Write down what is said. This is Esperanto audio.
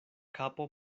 kapo